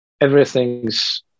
everything's